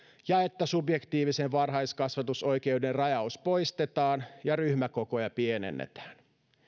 ja että subjektiivisen varhaiskasvatusoikeuden rajaus poistetaan ja ryhmäkokoja pienennetään